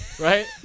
Right